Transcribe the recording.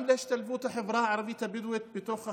גם להשתלבות של החברה הערבית הבדואית בתוך החברה,